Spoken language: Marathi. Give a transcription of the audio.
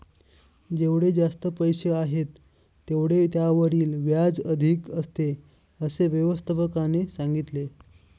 जेवढे जास्त पैसे आहेत, तेवढे त्यावरील व्याज अधिक असते, असे व्यवस्थापकाने सांगितले